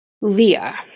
Leah